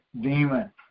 demon